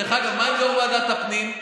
דרך אגב, מה עם יו"ר ועדת פנים?